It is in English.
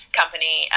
company